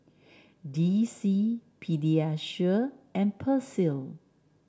D C Pediasure and Persil